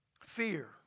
Fear